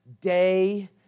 day